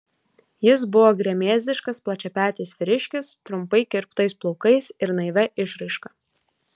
jis buvo gremėzdiškas plačiapetis vyriškis trumpai kirptais plaukais ir naivia išraiška